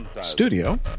studio